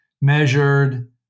measured